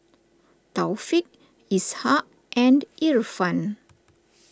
Taufik Ishak and Irfan